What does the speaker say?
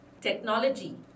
technology